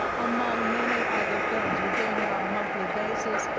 among many other films. we're doing it on a monthly basis.